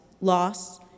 loss